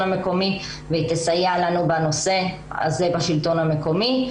המקומי והיא תסייע לנו בנושא הזה בשלטון המקומי.